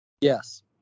Yes